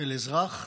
אל אזרח,